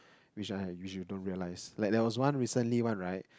which I which you don't realise like there was one recently one right